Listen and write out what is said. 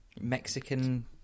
Mexican